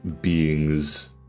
beings